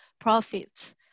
profits